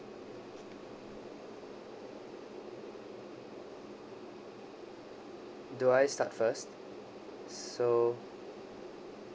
do I start first so